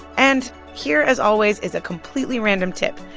and here, as always, is a completely random tip,